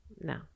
No